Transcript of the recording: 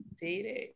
dating